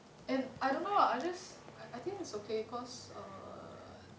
and I don't know what I just I think it's okay cause err